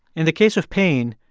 in the case of pain,